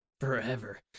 Forever